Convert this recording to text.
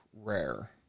rare